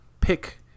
pick